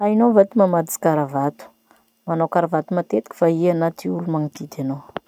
Hainao va ty mamatotsy karavato? Manao karavato matetiky va iha na ty olo magnodidy anao?